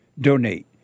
donate